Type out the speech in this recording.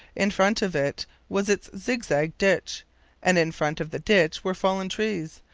in front of it was its zigzag ditch and in front of the ditch were fallen trees,